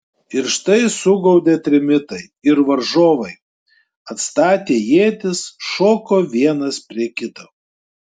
ir štai sugaudė trimitai ir varžovai atstatę ietis šoko vienas prie kito